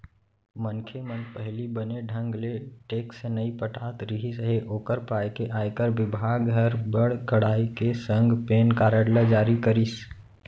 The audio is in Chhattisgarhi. मनखे मन पहिली बने ढंग ले टेक्स नइ पटात रिहिस हे ओकर पाय के आयकर बिभाग हर बड़ कड़ाई के संग पेन कारड ल जारी करिस